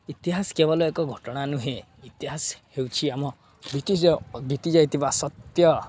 ଇତିହାସ କେବଳ ଏକ ଘଟଣା ନୁହେଁ ଇତିହାସ ହେଉଛି ଆମ ବିତିଯାଇ ବିତିଯାଇଥିବା ସତ୍ୟ